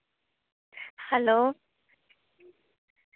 hello